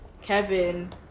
Kevin